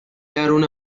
درون